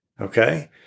Okay